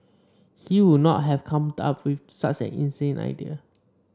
he would not have come up with such an inane idea